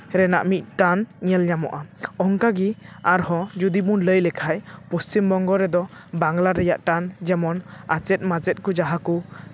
ᱨᱮᱱᱟᱜ ᱢᱤᱫ ᱴᱟᱱ ᱧᱮᱞ ᱧᱟᱢᱚᱜᱼᱟ ᱚᱱᱠᱟ ᱜᱮ ᱟᱨᱦᱚᱸ ᱡᱩᱫᱤ ᱵᱚᱱ ᱞᱟᱹᱭ ᱞᱮᱠᱷᱟᱱ ᱯᱚᱥᱪᱤᱢᱵᱚᱝᱜᱚ ᱨᱮᱫᱚ ᱵᱟᱝᱞᱟ ᱨᱮᱭᱟᱜ ᱴᱟᱱ ᱡᱮᱢᱚᱱ ᱟᱪᱮᱫ ᱢᱟᱪᱮᱫ ᱠᱚ ᱡᱟᱦᱟᱸ ᱠᱚ